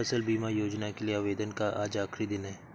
फसल बीमा योजना के लिए आवेदन का आज आखरी दिन है